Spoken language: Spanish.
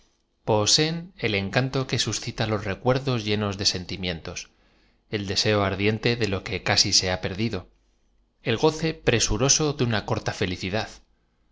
poseen el en canto que suacitau los recuerdos llenos de sentimien tos el deseo ardiente de lo que casi se ba perdido el goce presuroso de una corta felicidad